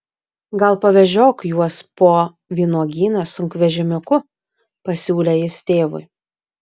gal pavežiok juos po vynuogyną sunkvežimiuku pasiūlė jis tėvui